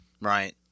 Right